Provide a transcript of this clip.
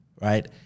right